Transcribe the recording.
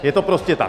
Je to prostě tak.